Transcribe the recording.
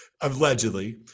allegedly